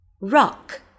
Rock